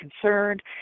concerned